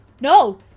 No